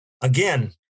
again